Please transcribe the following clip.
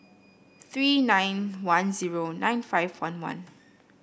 three nine one zero nine five one one